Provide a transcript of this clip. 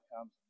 comes